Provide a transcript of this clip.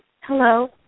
Hello